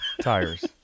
Tires